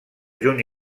juny